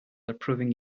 approving